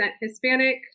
Hispanic